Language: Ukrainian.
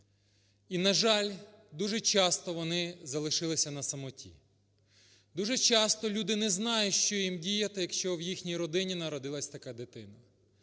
і, на жаль, дуже часто вони залишилися на самоті. Дуже часто люди не знають, що їм діяти, якщо в їхній родині народилася така дитина.